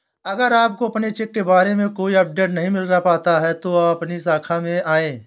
अगर आपको अपने चेक के बारे में कोई अपडेट नहीं मिल पाता है तो अपनी शाखा में आएं